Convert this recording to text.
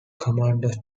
commanders